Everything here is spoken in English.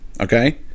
okay